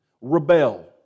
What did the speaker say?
rebel